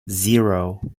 zero